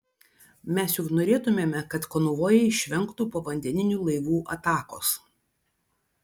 mes juk norėtumėme kad konvojai išvengtų povandeninių laivų atakos